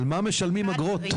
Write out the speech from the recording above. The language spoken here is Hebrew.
על מה משלמים אגרות?